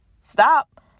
Stop